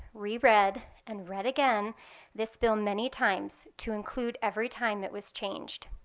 re-read, and read again this bill many times to include every time it was changed.